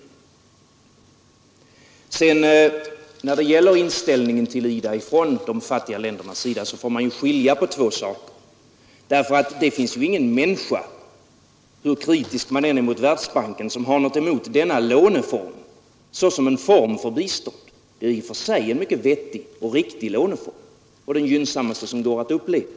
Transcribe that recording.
25 april 1973 När det sedan gäller de fattiga ländernas inställning till IDA så får man ju skilja på två saker. Ingen människa, hur kritisk man än är mot Världsbanken, har något emot den praktiserade låneformen såsom en form för bistånd. Det är i och för sig en mycket vettig och riktig låneform och den gynnsammaste som går att uppleta.